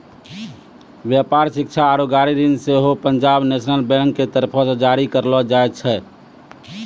व्यापार, शिक्षा आरु गाड़ी ऋण सेहो पंजाब नेशनल बैंक के तरफो से जारी करलो जाय छै